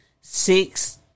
six